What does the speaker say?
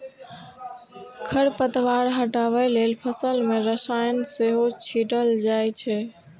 खरपतवार हटबै लेल फसल मे रसायन सेहो छीटल जाए छै